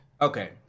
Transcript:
Okay